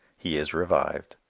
he is revived.